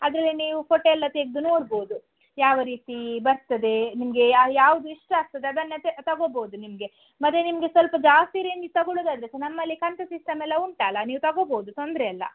ಅದರಲ್ಲಿ ನೀವು ಫೊಟೊ ಎಲ್ಲ ತೆಗೆದು ನೋಡ್ಬೋದು ಯಾವ ರೀತಿ ಬರ್ತದೆ ನಿಮಗೆ ಯಾವುದಿಷ್ಟ ಆಗ್ತದೆ ಅದನ್ನು ತಗೊಬೋದು ನಿಮಗೆ ಮತ್ತು ನಿಮಗೆ ಸ್ವಲ್ಪ ಜಾಸ್ತಿ ರೇಂಜಿದ್ದು ತಗೊಳುದಾದರೆ ಸಹ ನಮ್ಮಲ್ಲಿ ಕಂತು ಸಿಸ್ಟಮ್ ಎಲ್ಲ ಉಂಟಲ್ಲ ನೀವು ತಗೊಬೋದು ತೊಂದರೆ ಇಲ್ಲ